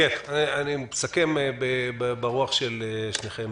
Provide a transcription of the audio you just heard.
אני מסכם ברוח של שניכם.